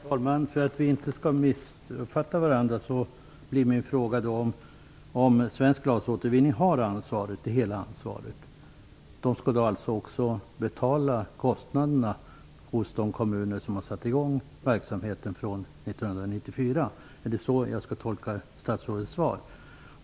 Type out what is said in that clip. Herr talman! För att vi inte skall missuppfatta varandra blir min fråga: Bär Svensk glasåtervinning det hela ansvaret? Då skall man alltså också betala kostnaderna från 1994 i de kommuner där det har satts i gång en verksamhet. Är det så jag skall tolka statsrådets svar?